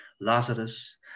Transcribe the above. Lazarus